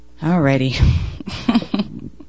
Alrighty